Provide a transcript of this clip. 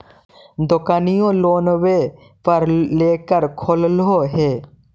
दोकनिओ लोनवे पर लेकर खोललहो हे?